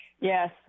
Yes